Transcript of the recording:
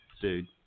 Dude